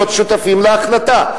להיות שותפים להחלטה.